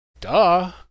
duh